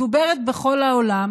מדוברת בכל העולם,